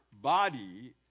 body